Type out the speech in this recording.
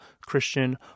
Christian